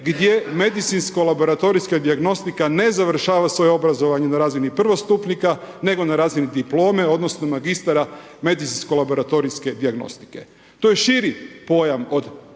gdje medicinsko-laboratorijska dijagnostika ne završava svoje obrazovanje na razini prvostupnika nego na razini diplome odnosno magistara medicinsko-laboratorijske dijagnostike. To je širi pojam od magistara